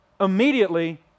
immediately